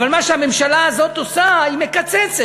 אבל מה שהממשלה הזו עושה, היא מקצצת,